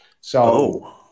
So-